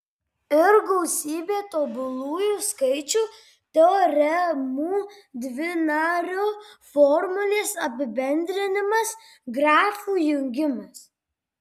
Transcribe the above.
ir gausybė tobulųjų skaičių teoremų dvinario formulės apibendrinimas grafų jungimas